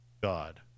God